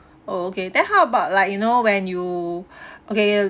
okay then how about like you know when you okay